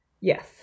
Yes